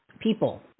people